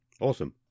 awesome